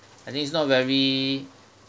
I think it's not very